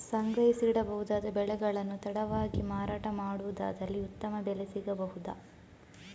ಸಂಗ್ರಹಿಸಿಡಬಹುದಾದ ಬೆಳೆಗಳನ್ನು ತಡವಾಗಿ ಮಾರಾಟ ಮಾಡುವುದಾದಲ್ಲಿ ಉತ್ತಮ ಬೆಲೆ ಸಿಗಬಹುದಾ?